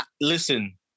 listen